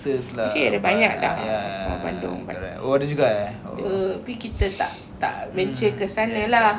actually ada banyak juga for bandung but ada tapi kita tak tak venture ke sana lah